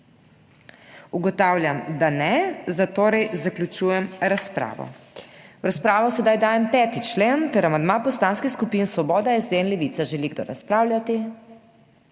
Ugotavljam, da ne, zatorej zaključujem razpravo. V razpravo sedaj dajem 5. člen ter amandma poslanskih skupin Svoboda, SD in Levica. Želi kdo razpravljati?